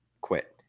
quit